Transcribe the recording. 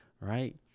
right